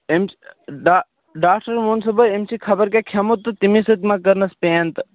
أمِس ڈا ڈاکٹر وۆن صُبحٲے أمۍ چھِ خَبَر کتہِ کھیٚومُت تہٕ تَمے سٍتۍ ما کٔرنَس پین تہٕ